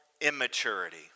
immaturity